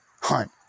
hunt